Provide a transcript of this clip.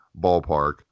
ballpark